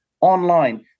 online